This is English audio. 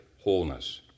wholeness